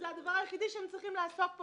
זה הדבר היחידי שצריך לעסוק בו,